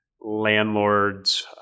landlords